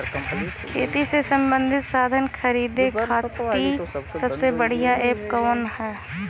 खेती से सबंधित साधन खरीदे खाती सबसे बढ़ियां एप कवन ह?